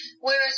Whereas